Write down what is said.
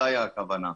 זו הכוונה.